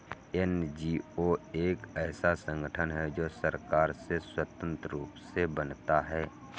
NGO एक ऐसा संगठन है जो सरकार से स्वतंत्र रूप से बनता है